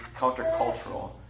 countercultural